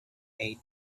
aid